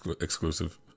exclusive